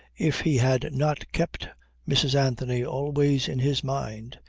if he had not kept mrs. anthony always in his mind,